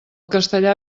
castellà